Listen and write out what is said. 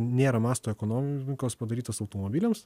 nėra masto ekonomikos padarytos automobiliams